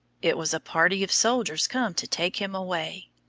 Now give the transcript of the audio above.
it was a party of soldiers come to take him away.